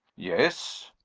yes.